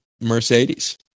Mercedes